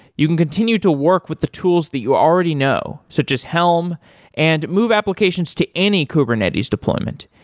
you can continue to work with the tools that you already know, such as helm and move applications to any kubernetes deployment.